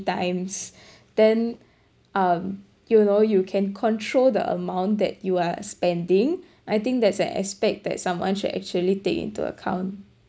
times then um you know you can control the amount that you are spending I think that's an aspect that someone should actually take into account